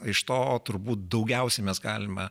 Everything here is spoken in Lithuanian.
iš to turbūt daugiausiai mes galime